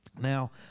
Now